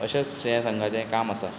अशेच हें संघाचें काम आसा